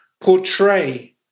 portray